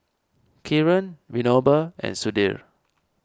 Kiran Vinoba and Sudhir